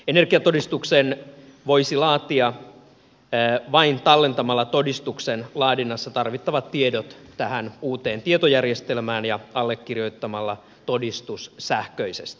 energiatodistuksen voisi laatia vain tallentamalla todistuksen laadinnassa tarvittavat tiedot tähän uuteen tietojärjestelmään ja allekirjoittamalla todistuksen sähköisesti